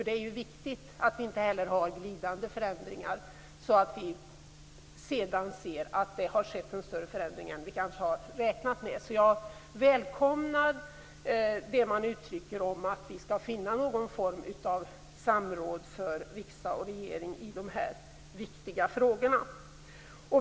Det är ju viktigt att vi inte heller har glidande förändringar så att vi sedan ser att det har skett en större förändring än vi kanske hade räknat med. Så jag välkomnar det man uttrycker om att vi skall finna någon form av samråd för riksdag och regering i de här viktiga frågorna.